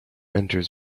enters